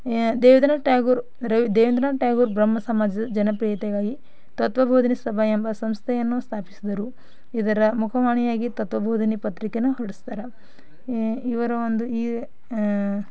ದೇವೇಂದ್ರನಾಥ್ ಟ್ಯಾಗೂರ್ ರವಿ ದೇವೇಂದ್ರನಾಥ್ ಟ್ಯಾಗೂರ್ ಬ್ರಹ್ಮ ಸಮಾಜದ ಜನಪ್ರಿಯತೆಗಾಗಿ ತತ್ವ ಬೋಧನೆ ಸಭಾ ಎಂಬ ಸಂಸ್ಥೆಯನ್ನು ಸ್ಥಾಪಿಸಿದರು ಇದರ ಮುಖವಾಣಿಯಾಗಿ ತತ್ವ ಬೋಧನೆ ಪತ್ರಿಕೆನ್ನು ಹೊರಡಿಸ್ತಾರೆ ಇವರ ಒಂದು ಈ